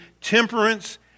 temperance